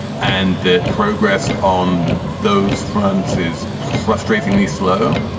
and the progress on those fronts is frustratingly slow